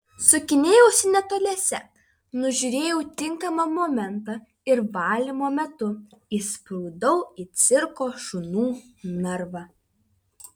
sukinėjausi netoliese nužiūrėjau tinkamą momentą ir valymo metu įsprūdau į cirko šunų narvą